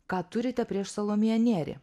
ką turite prieš salomėją nėrį